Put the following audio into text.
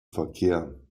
verkehr